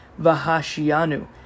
vahashianu